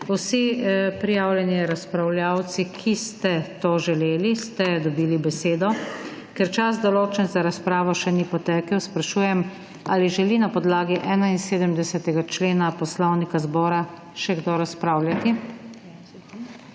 Vsi prijavljeni razpravljavci, ki ste to želeli, ste dobili besedo. Ker čas določen za razpravo še ni potekel, sprašujem ali želi na podlagi 71. člena poslovnika zbora še kdo razpravljati?